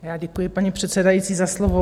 Já děkuji, paní předsedající, za slovo.